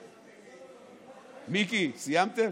מיקי, סיימתם?